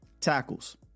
tackles